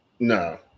No